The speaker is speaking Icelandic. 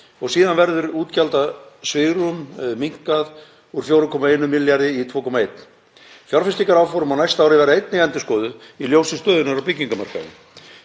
og síðan verður útgjaldasvigrúm minnkað úr 4,1 milljarði í 2,1. Fjárfestingaráform á næsta ári verða einnig endurskoðuð í ljósi stöðunnar á byggingarmarkaði.